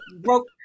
broke